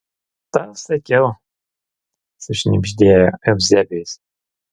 tau sakiau sušnibždėjo euzebijus